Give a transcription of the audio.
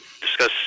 discuss